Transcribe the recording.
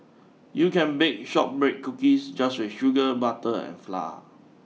you can bake shortbread cookies just with sugar butter and flour